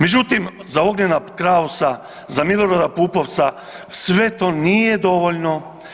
Međutim, za Ognjena Krausa, za Milorada Pupovca, sve to nije dovoljno.